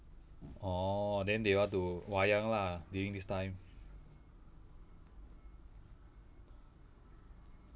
orh then they want to wayang lah during this time